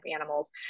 animals